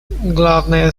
главное